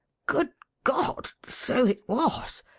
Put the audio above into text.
good god! so it was.